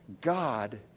God